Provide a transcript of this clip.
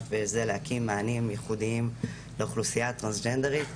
להקים מענים ייחודיים לאוכלוסייה הטרנסג'נדרית,